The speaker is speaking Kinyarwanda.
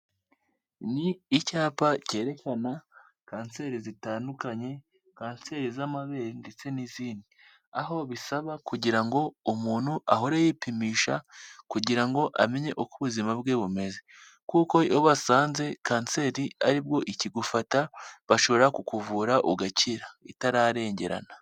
Ni icyapa cyerekana kanseri zitandukanye, kanseri z'amabere ndetse n'izindi, aho bisaba kugira ngo umuntu ahore yipimisha kugira ngo amenye uko ubuzima bwe bumeze, kuko iyo basanze kanseri aribwo ikigufata bashobora kukuvura ugakira itararengerana.